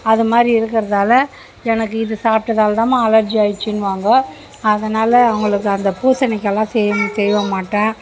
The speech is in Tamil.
அது மாதிரி இருக்கிறதால எனக்கு இது சாப்பிட்டதால் தான்மா அலர்ஜி ஆயிருச்சினுவாங்கோ அதனால் அவங்களுக்கு அந்த பூசணிக்காலாம் செய்ய செய்ய மாட்டேன்